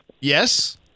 yes